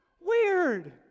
Weird